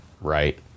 right